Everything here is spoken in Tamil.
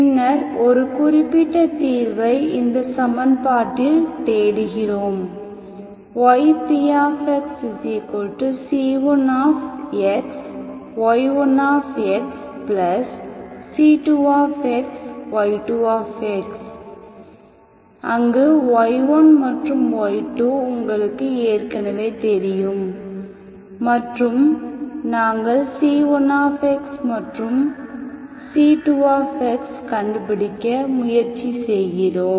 பின்னர் ஒரு குறிப்பிட்ட தீர்வை இந்த சமன்பாட்டில் தேடுகிறோம் yp c1xy1c2y2 அங்கு y1 மற்றும் y2 உங்களுக்கு ஏற்கனவே தெரியும் மற்றும் நாங்கள் c1x மற்றும் c2xகண்டுபிடிக்க முயற்சி செய்கிறோம்